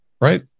right